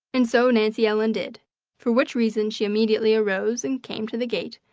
and so nancy ellen did for which reason she immediately arose and came to the gate,